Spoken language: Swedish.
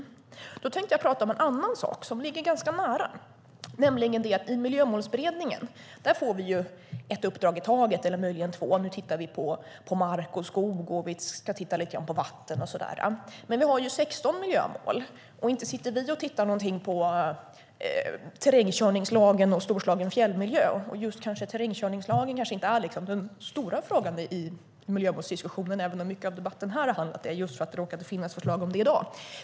Jag tänkte tala om en annan sak som ligger ganska nära, nämligen att vi i Miljömålsberedningen får ett uppdrag i taget eller möjligen två. Nu tittar vi på mark och skog, och vi ska titta lite grann på vatten. Men vi har 16 miljömål, och inte sitter vi och tittar på terrängkörningslagen och Storslagen fjällmiljö. Just terrängkörningslagen kanske inte är den stora frågan i miljömålsdiskussionen även om mycket av debatten här har handlat om den just för att det råkade finnas förslag om det i dag.